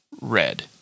red